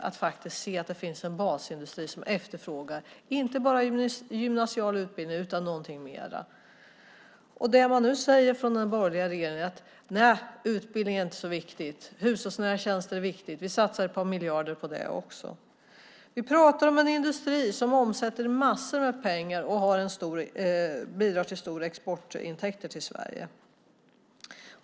Det finns faktiskt en basindustri som efterfrågar inte bara gymnasiala utbildningar utan någonting mer. Det man nu säger från den borgerliga regeringen är: Nej, utbildning är inte så viktigt. Hushållsnära tjänster är viktigt. Vi satsar ett par miljarder på det också. Vi pratar om en industri som omsätter massor med pengar och bidrar till stora exportintäkter till Sverige.